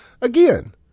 Again